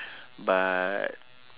but